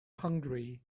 hungry